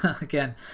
Again